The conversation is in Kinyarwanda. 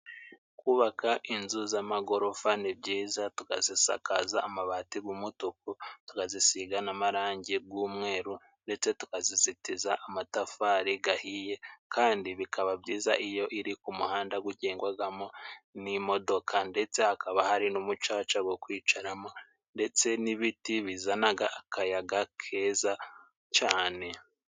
Kubaka inzu za magorofa ni byiza tukazisakaza amabati g'umutuku, tugasiga n'amarangi g'umweru ndetse tukazizitiza amatafari gahiye kandi bikaba byiza iyo iri ku muhanda gukingagamo n'imodoka ndetse hakaba hari n'umucaca wo kwicaramo ndetse n'ibiti bizanaga akayaga keza cane.